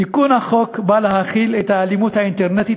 תיקון החוק בא להחיל על האלימות האינטרנטית